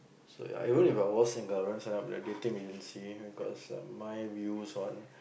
so ya even If I was single I wouldn't sign up with a dating agency because my views on